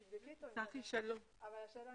נכון.